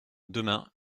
demain